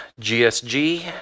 GSG